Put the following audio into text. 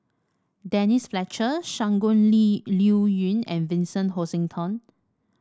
Denise Fletcher Shangguan Li Liuyun and Vincent Hoisington